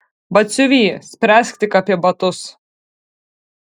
batsiuvy spręsk tik apie batus